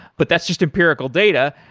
but that's just empirical data,